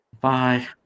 Bye